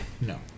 No